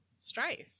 strife